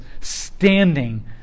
standing